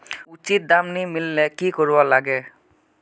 उचित दाम नि मिलले की करवार लगे?